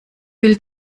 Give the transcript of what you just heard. will